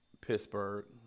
Pittsburgh